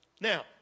Now